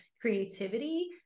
creativity